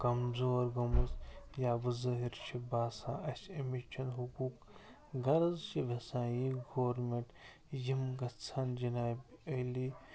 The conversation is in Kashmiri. کمزور گٔمٕژ یا بٕظٲہر چھُ باسان اَسہِ اَمِچ چھنہٕ حقوٗق غرض چھِ یژھان یی گورمٮ۪نٛٹ یِم گَژھن جِنابہِ عٲلی